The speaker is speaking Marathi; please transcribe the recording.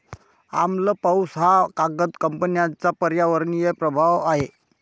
आम्ल पाऊस हा कागद कंपन्यांचा पर्यावरणीय प्रभाव आहे